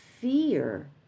fear